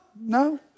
no